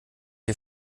ihr